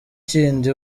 kindi